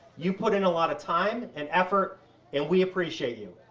you put in a lot of time and effort and we appreciate you.